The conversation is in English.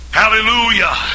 hallelujah